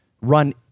run